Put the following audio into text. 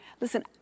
Listen